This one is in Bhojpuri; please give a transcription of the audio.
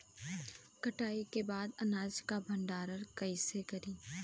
कटाई के बाद अनाज का भंडारण कईसे करीं?